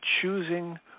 choosing